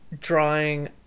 drawing